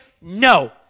No